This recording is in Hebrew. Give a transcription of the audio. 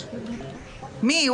מי?